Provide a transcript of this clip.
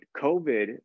COVID